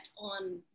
on